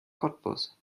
cottbus